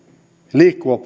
liikkuva